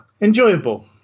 enjoyable